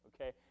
okay